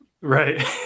right